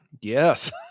Yes